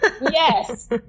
Yes